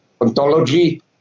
ontology